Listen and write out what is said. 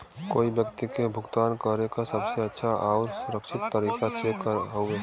कोई व्यक्ति के भुगतान करे क सबसे अच्छा आउर सुरक्षित तरीका चेक हउवे